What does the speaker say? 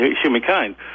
humankind